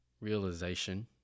realization